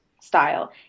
style